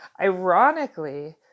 ironically